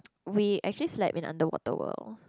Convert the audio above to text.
we actually slept in Underwater-World